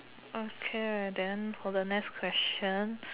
okay ah then next question